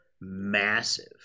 massive